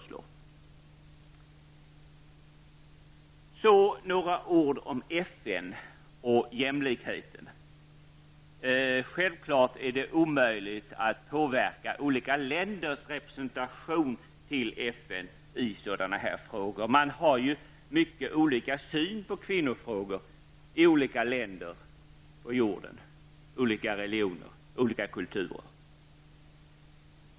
Så några ord om FN och jämlikheten. Självfallet är det omöjligt att påverka olika länders representation i FN i sådana här frågor. Man har ju också mycket olika syn på kvinnofrågor i olika länder. Det finns olika religioner och olika kulturer.